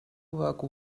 work